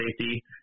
safety